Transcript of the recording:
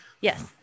Yes